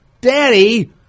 Daddy